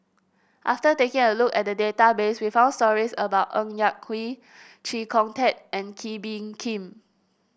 after taking a look at the database we found stories about Ng Yak Whee Chee Kong Tet and Kee Bee Khim